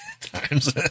times